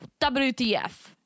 WTF